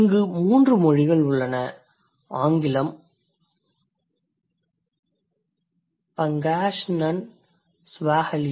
இங்கு 3 மொழிகள் உள்ளன ஆங்கிலம் Pangasinan Swahili